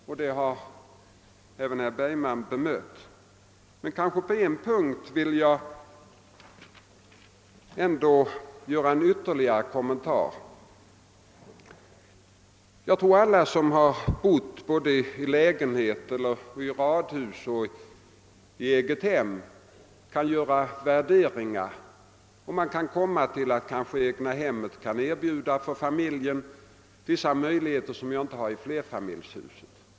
Även det har herr Bergman bemött, men jag vill ändå på en punkt göra en ytterligare kommentar. Jag tror att den som har bott såväl i flerfamiljshus som i radhus eller egnahem kan göra värderingar och att man därvid kanske kommer till den slutsatsen att egnahemmen kan för familjen innebära vissa möjligheter som inte finns i flerfamiljshusen.